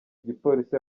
igipolisi